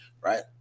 right